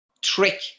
trick